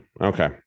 Okay